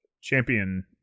champion